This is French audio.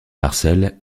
marcel